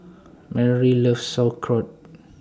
Myrle loves Sauerkraut